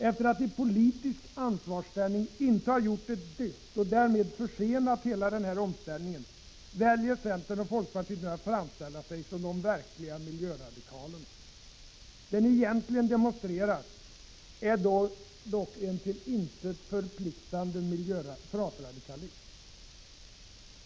Efter att i politisk ansvarsställning inte ha gjort ett dyft — och därmed försenat hela den här omställningen — väljer centern och folkpartiet nu att framställa sig som de verkliga miljöradikalerna. Det ni egentligen demonstrerar är dock en till intet förpliktigande frasradikalism.